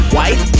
White